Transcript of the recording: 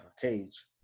cage